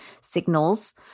signals